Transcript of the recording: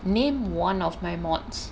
name one of my modules